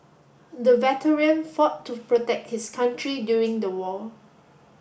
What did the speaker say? the veteran fought to protect his country during the war